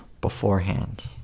beforehand